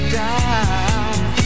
die